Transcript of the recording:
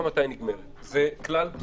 זה לא הגיוני.